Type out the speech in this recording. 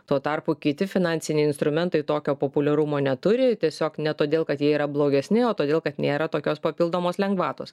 tuo tarpu kiti finansiniai instrumentai tokio populiarumo neturi tiesiog ne todėl kad jie yra blogesni o todėl kad nėra tokios papildomos lengvatos